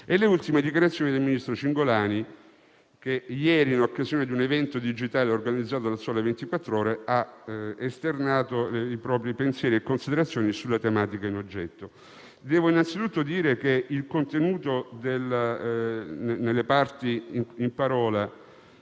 e le ultime dichiarazioni del ministro Cingolani, che ieri, in occasione di un evento digitale organizzato da «Il Sole 24 Ore», ha esternato i propri pensieri e le proprie considerazioni sulla tematica in oggetto. Devo innanzitutto dire che il contenuto della relazione